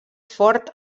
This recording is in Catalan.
fort